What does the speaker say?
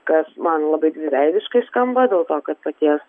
kas man labai dviveidiškai skamba dėl to kad paties